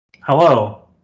Hello